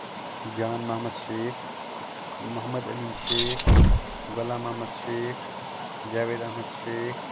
Jan Mohammad Sheikh Mohammad Amin Sheikh Ghulam Mohammad Sheikh Javed Ahmad Sheikh